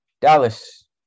Dallas